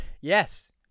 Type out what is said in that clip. Yes